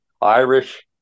Irish